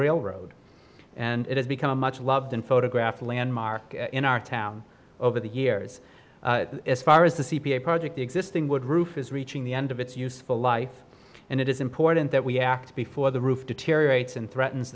railroad and it has become a much loved and photographed landmark in our town over the years as far as a c p a project existing would roof is reaching the end of its useful life and it is important that we act before the roof deteriorates and threatens